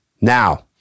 Now